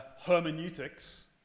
hermeneutics